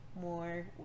more